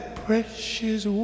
precious